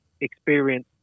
experience